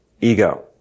ego